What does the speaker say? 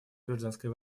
гражданской